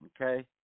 okay